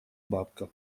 бабка